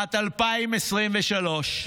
שנת 2023,